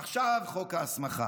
ועכשיו חוק ההסמכה.